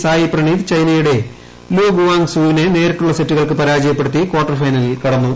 സായ് പ്രണീത് ചൈനയുടെ Lu Guangzu നെ നേരിട്ടുള്ള സെറ്റുകൾക്ക് പരാജയപ്പെടുത്തി കാർട്ടർ ഫൈനലിൽ കടന്നു